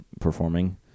performing